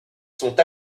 sont